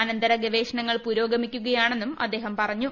അനന്തര ഗവേഷണങ്ങൾ പുരോഗമിക്കുകയാണെന്നും അദ്ദേഹം പറഞ്ഞു